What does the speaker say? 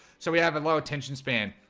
so we have a low attention span.